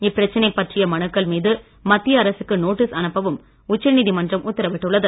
இப்பிரச்சனை பற்றிய மனுக்கள் மீது மத்திய அரசுக்கு நோட்டீஸ் அனுப்பவும் உச்சநீதிமன்றம் உத்தரவிட்டுள்ளது